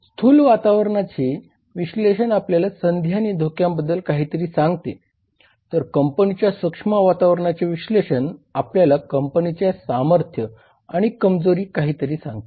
स्थूल वातावरणाचे विश्लेषण आपल्याला संधी आणि धोक्यांबद्दल काहीतरी सांगते तर कंपनीच्या सूक्ष्म वातावरणाचे विश्लेषण आपल्याला कंपनीच्या या सामर्थ्य आणि कमजोरी काहीतरी सांगते